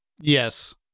yes